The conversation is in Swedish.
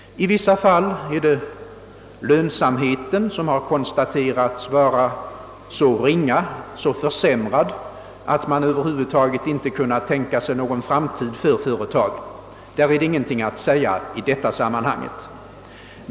I vissa fall har lönsamheten konstaterats vara så försämrad, att man över huvud taget inte kunnat tänka sig någon framtid för företagen. Därom är det ingenting att säga i dessa sammanhang.